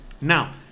now